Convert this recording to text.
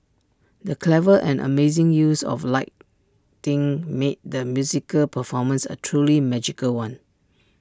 the clever and amazing use of lighting made the musical performance A truly magical one